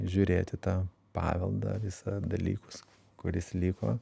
žiūrėt į tą paveldą visą dalykus kuris liko